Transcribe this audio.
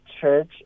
Church